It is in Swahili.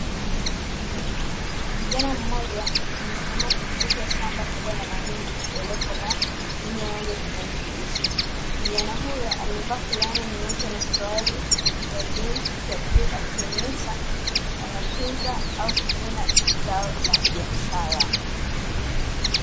Kijana mmoja amesimama katikati ya shamba kubwa la mahindi yaliyokomaa yenye rangi ya kijani kibichi. Kijana huyu amevaa flana nyeupe na suruali ya jinsi ya bluu akionyesha, anatunza au kuvuna zao la biashara.